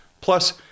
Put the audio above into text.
Plus